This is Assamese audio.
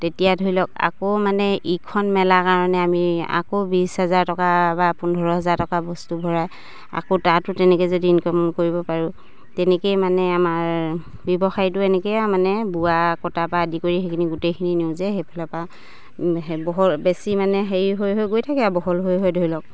তেতিয়া ধৰি লওক আকৌ মানে ইখন মেলা কাৰণে আমি আকৌ বিছ হাজাৰ টকা বা পোন্ধৰ হাজাৰ টকা বস্তু ভৰাই আকৌ তাতো তেনেকে যদি ইনকম কৰিব পাৰোঁ তেনেকেই মানে আমাৰ ব্যৱসায়টো এনেকেই মানে বোৱা কটা পা আদি কৰি সেইখিনি গোটেইখিনি নিওঁ যে সেইফালৰ পৰা বহ বেছি মানে হেৰি হৈ হৈ গৈ থাকে আৰু বহল হৈ হৈ ধৰি লওক